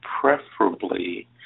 preferably